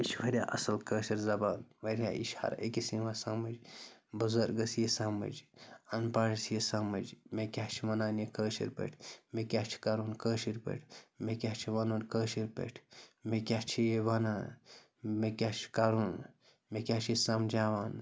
یہِ چھُ واریاہ اَصٕل کٲشِر زَبان واریاہ یہِ چھِ ہَر أکِس یِوان سَمٕج بُزَرگَس یی سَمٕج اَن پَڑھس یی سَمٕج مےٚ کیٛاہ چھِ وَنان یہِ کٲشِر پٲٹھۍ مےٚ کیٛاہ چھِ کَرُن کٲشِر پٲٹھۍ مےٚ کیٛاہ چھِ وَنُن کٲشِر پٲٹھۍ مےٚ کیٛاہ چھِ یہِ وَنان مےٚ کیٛاہ چھُ کَرُن مےٚ کیٛاہ چھُ یہِ سَمجاوان